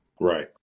Right